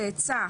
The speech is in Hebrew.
צאצא,